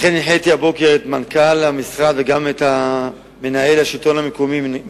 לכן הנחיתי הבוקר את מנכ"ל המשרד וגם את מנהל מינהל